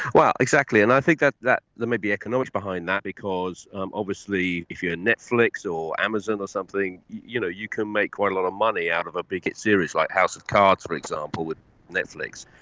exactly, and i think that that there may be economics behind that because um obviously if you are netflix or amazon or something you know you can make quite a lot of money out of a big hit series like house of cards for example with netflix.